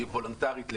היא וולונטרית לגמרי.